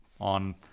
on